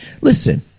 Listen